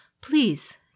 Please